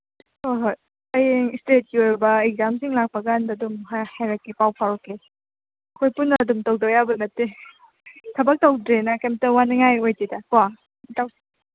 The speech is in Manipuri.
ꯍꯣꯏ ꯍꯣꯏ ꯑꯩ ꯏꯁꯇꯦꯠꯀꯤ ꯑꯣꯏꯕ ꯑꯦꯛꯖꯥꯝꯁꯤꯡ ꯂꯥꯛꯄꯀꯥꯟꯗ ꯑꯗꯨꯝ ꯍꯥꯏꯔꯛꯀꯦ ꯄꯥꯎ ꯐꯥꯎꯔꯛꯀꯦ ꯑꯩꯈꯣꯏ ꯄꯨꯟꯅ ꯑꯗꯨꯝ ꯇꯧꯗ ꯌꯥꯕ ꯅꯠꯇꯦ ꯊꯕꯛ ꯇꯧꯗ꯭ꯔꯦꯅ ꯀꯩꯝꯇ ꯋꯥꯅꯤꯉꯥꯏ ꯑꯣꯏꯗꯦꯗ ꯀꯣ